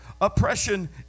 Oppression